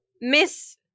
Miss